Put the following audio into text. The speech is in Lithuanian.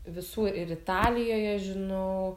visų ir italijoje žinau